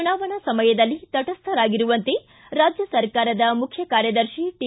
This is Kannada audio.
ಚುನಾವಣಾ ಸಮಯದಲ್ಲಿ ತಟಸ್ಥರಾಗಿರುವಂತೆ ರಾಜ್ಯ ಸರ್ಕಾರದ ಮುಖ್ಯ ಕಾರ್ಯದರ್ತಿ ಟಿ